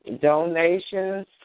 donations